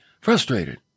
frustrated